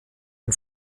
ein